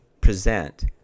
present